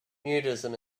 nudism